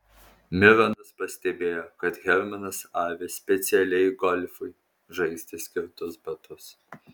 mironas pastebėjo kad hermanas avi specialiai golfui žaisti skirtus batus